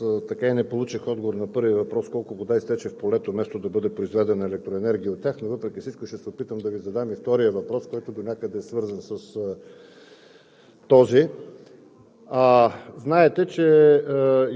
Уважаеми господин Председател, уважаеми дами и господа народни представители! Уважаема госпожо Министър, аз така и не получих отговор на първия въпрос: колко вода изтече в полето вместо да бъде произведена електроенергия от тях? Въпреки всичко ще се опитам да Ви задам и втория въпрос, който донякъде е свързан с